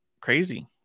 crazy